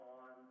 on